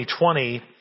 2020